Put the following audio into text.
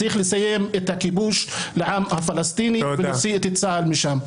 צריך לסיים את הכיבוש לעם הפלסטיני ולהוציא את צה"ל משם.